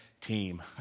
team